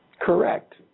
Correct